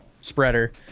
spreader